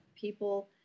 people